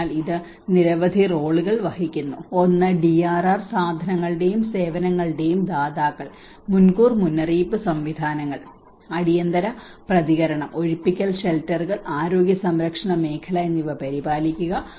അതിനാൽ ഇത് നിരവധി റോളുകൾ വഹിക്കുന്നു ഒന്ന് ഡിആർആർ സാധനങ്ങളുടെയും സേവനങ്ങളുടെയും ദാതാക്കൾ മുൻകൂർ മുന്നറിയിപ്പ് സംവിധാനങ്ങൾ അടിയന്തര പ്രതികരണം ഒഴിപ്പിക്കൽ ഷെൽട്ടറുകൾ ആരോഗ്യ സംരക്ഷണ മേഖല എന്നിവ പരിപാലിക്കുക